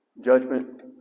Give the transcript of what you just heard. judgment